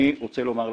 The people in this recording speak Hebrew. אני רוצה לומר לכם,